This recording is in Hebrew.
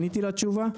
עניתי לתשובה?